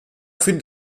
findet